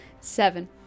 Seven